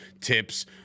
tips